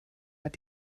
hat